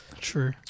true